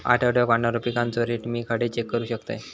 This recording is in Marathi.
आठवड्याक वाढणारो पिकांचो रेट मी खडे चेक करू शकतय?